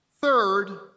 Third